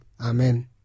amen